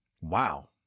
Wow